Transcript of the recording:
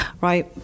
right